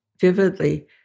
vividly